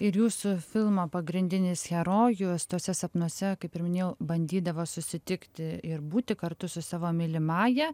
ir jūsų filmo pagrindinis herojus tuose sapnuose kaip ir minėjau bandydavo susitikti ir būti kartu su savo mylimąja